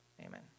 Amen